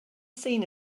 seen